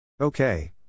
Okay